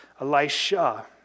Elisha